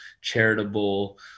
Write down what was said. charitable